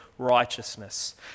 righteousness